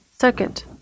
Second